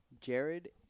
Jared